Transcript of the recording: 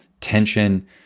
tension